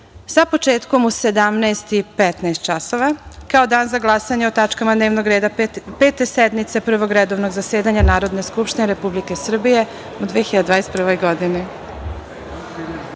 sa početkom u 17.15 časova kao Dan za glasanje o tačkama dnevnog reda Pete sednice Prvog redovnog zasedanja Narodne skupštine Republike Srbije u 2021. godini.(Posle